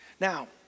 now